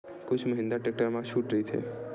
का महिंद्रा टेक्टर मा छुट राइथे?